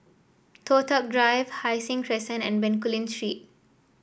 Toh Tuck Drive Hai Sing Crescent and Bencoolen Street